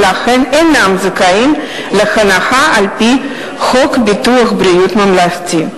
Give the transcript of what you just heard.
ולכן אינם זכאים להנחה על-פי חוק ביטוח בריאות ממלכתי.